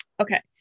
Okay